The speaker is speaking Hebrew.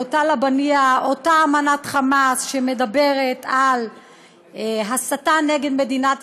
אותה אמנת "חמאס" שמדברת על הסתה נגד מדינת